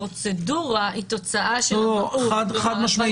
הפרוצדורה היא תוצאה של --- חד-משמעית